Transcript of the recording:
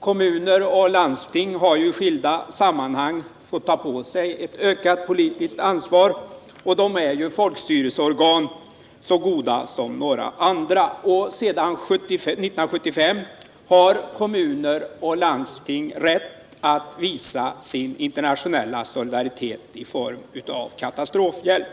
Kommuner och landsting har i skilda sammanhang fått ta på sig ett ökat politiskt ansvar, och de är ju folkstyrelseorgan så goda som några andra. Sedan 1975 har kommuner och landsting rätt att visa sin internationella solidaritet i form av katastrofhjälp.